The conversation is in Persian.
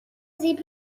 زیپ